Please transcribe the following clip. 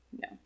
No